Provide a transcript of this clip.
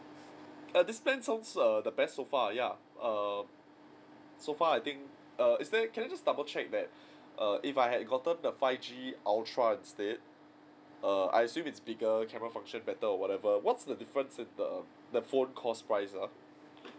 err this plan sounds err the best so far ya err so far I think err is there can I just double check that err if I had gotten the five G ultra instead err I assume it's bigger camera function better whatever what's the difference in the the phone cost prices